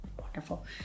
wonderful